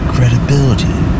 Credibility